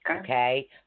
Okay